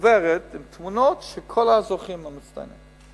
חוברת תמונות של כל הזוכים המצטיינים.